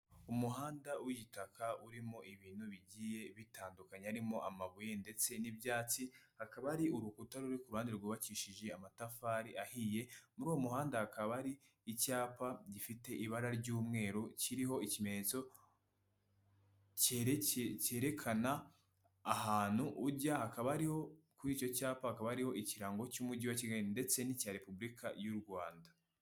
Umuhanda w'igitaka urimo ibintu bigiye bitandukanye, harimo amabuye ndetse n'ibyatsi, hakaba hari urukuta ruri ku ruhande rwubakishije amatafari ahiye, muri uwo muhanda hakaba hari icyapa gifite ibara ry'umweru, kiriho ikimenyetso cyerekana ahantu ujya, hakaba hariho, kuri icyo cyapa hakaba hariho ikirango cy'umujyi wa Kigali ndetse n'icya Repubulika y'u Rwanda